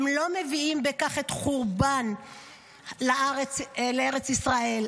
הם לא מביאים בכך חורבן לארץ ישראל.